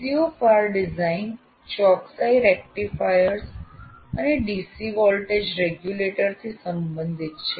C4 design ચોકસાઇ rectifiers અને DC voltage regulator થી સંબંધિત છે